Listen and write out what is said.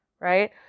Right